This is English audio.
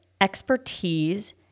expertise